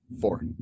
Four